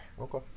Okay